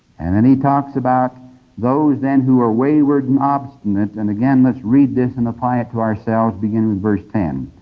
and then he talks about those who are wayward and obstinate. and again, let's read this and apply it to ourselves, beginning with verse ten.